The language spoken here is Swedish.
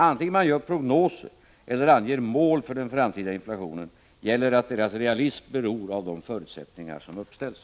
Vare sig man gör prognoser eller anger mål för den framtida inflationen gäller att deras realism beror av de förutsättningar som uppställs.